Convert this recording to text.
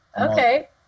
Okay